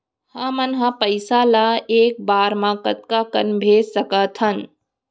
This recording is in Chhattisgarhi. हमन ह पइसा ला एक बार मा कतका कन भेज सकथन?